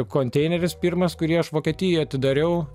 konteineris pirmas kurį aš vokietijoj atidariau